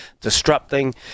disrupting